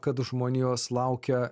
kad žmonijos laukia